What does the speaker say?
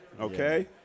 okay